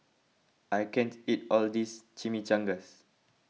I can't eat all this Chimichangas